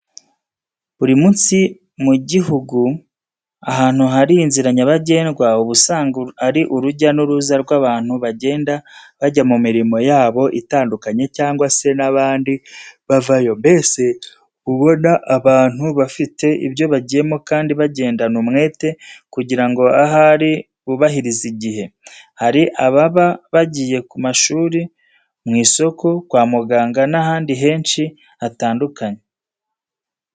Buri munsi mu gihugu ahantu hari inzira nyabagendwa, uba usanga ari urujya n'uruza rw'abantu bagenda bajya mu mirimo yabo itandukanye cyangwa se n'abandi bavayo, mbese uba ubona abantu bafite ibyo bagiyemo kandi bagenda n'umwete kugira ngo ahari bubahirize igihe, hari ababa bagiye ku mashuri, mu isoko, kwa muganga n'ahandi henshi hatandukanye.